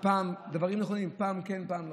שיכולים פעם כן פעם לא,